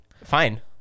Fine